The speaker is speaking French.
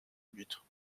buts